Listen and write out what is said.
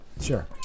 sure